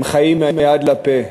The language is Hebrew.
הם חיים מהיד לפה.